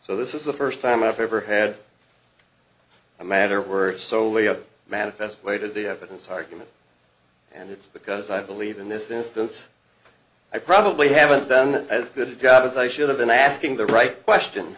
so this is the first time i've ever had a matter worse soliah manifest way to the evidence argument and it's because i believe in this instance i probably haven't done as good a job as i should have been asking the right question